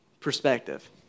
perspective